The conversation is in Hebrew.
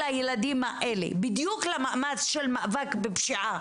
הילדים האלה בדיוק למאמץ של מאבק בפשיעה